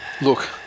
look